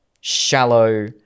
shallow